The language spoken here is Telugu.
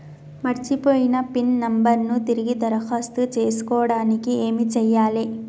మర్చిపోయిన పిన్ నంబర్ ను తిరిగి దరఖాస్తు చేసుకోవడానికి ఏమి చేయాలే?